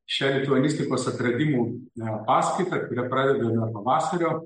šiai lituanistikos atradimų na paskaitai kuria pradedame pavasario